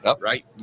right